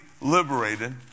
liberated